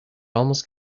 almost